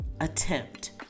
attempt